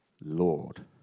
Lord